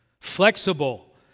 flexible